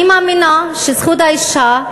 אני מאמינה שזכות האישה,